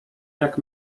jak